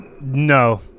No